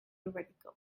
radical